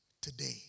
today